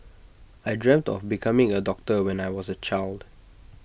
I dreamt of becoming A doctor when I was A child